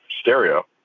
stereo